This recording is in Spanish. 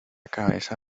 cabeza